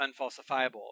unfalsifiable